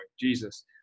Jesus